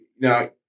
now